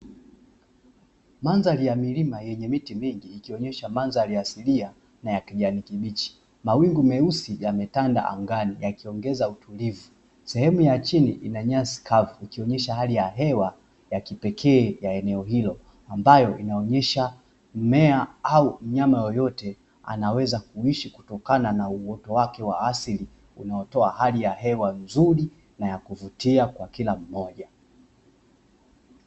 Mandhari ya milima yenye miti mingi ikionesha mandhari asilia na ya kijani kibichi. Mawingu meusi yametanda angani yakiongeza utulivu, sehemu ya chini ina nyasi kavu ikionyesha hali ya hewa ya kipekee ya eneo hilo ambayo inaonyesha mmea au mnyama yoyote anaweza kuishi kutokana na uoto wake wa asili, unaotoa hali ya hewa nzuri na ya kuvutia kwa kila mmoja.